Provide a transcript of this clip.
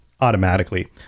automatically